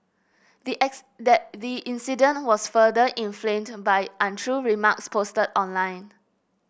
the the incident was further inflamed by untrue remarks posted online